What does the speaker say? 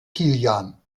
kilian